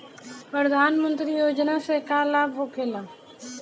प्रधानमंत्री योजना से का लाभ होखेला?